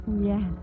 Yes